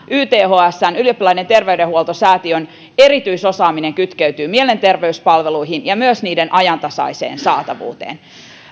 ythsn ylioppilaiden terveydenhoitosäätiön erityisosaaminen kytkeytyy mielenterveyspalveluihin ja myös niiden ajantasaiseen saatavuuteen